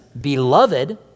beloved